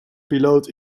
piloot